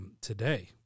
Today